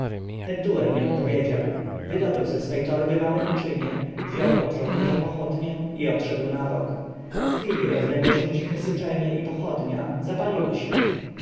pentuer nie odpowiedział wydobył ze swej torby małe naczynie wziął od żołnierza pochodnię i odszedł na bok po chwili rozległo się ciche syczenie i pochodnia zapaliła się